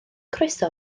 croeso